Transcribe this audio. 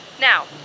now